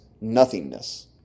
nothingness